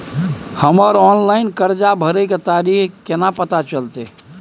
हमर ऑनलाइन कर्जा भरै के तारीख केना पता चलते?